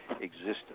existence